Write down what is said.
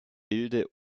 wilde